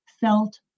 felt